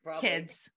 kids